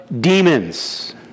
demons